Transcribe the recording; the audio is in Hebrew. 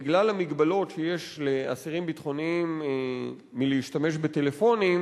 בגלל המגבלות שיש לאסירים ביטחוניים בשימוש בטלפון,